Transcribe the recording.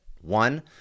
One